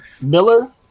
Miller